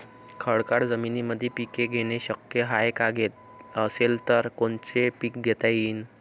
खडकाळ जमीनीमंदी पिके घेणे शक्य हाये का? असेल तर कोनचे पीक घेता येईन?